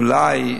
אולי,